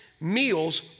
Meals